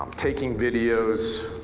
taking videos,